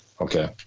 Okay